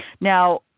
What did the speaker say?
Now